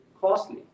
costly